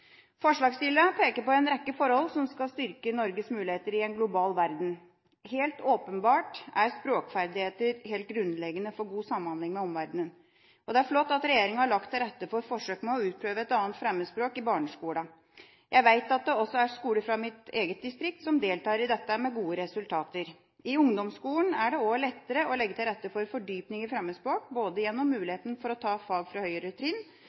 Forslagsstillerne peker på en rekke forhold som skal styrke Norges muligheter i en global verden. Helt åpenbart er språkferdigheter helt grunnleggende for god samhandling med omverdenen. Det er flott at regjeringa har lagt til rette for forsøk med å utprøve et 2. fremmedspråk i barneskolene. Jeg vet at det også er skoler fra mitt eget distrikt som deltar i dette med gode resultater. I ungdomsskolen er det også lettere å legge til rette for fordypning i fremmedspråk både gjennom muligheten for å ta fag fra høyere trinn